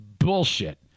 bullshit